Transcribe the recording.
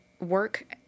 work